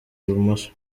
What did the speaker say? ibumoso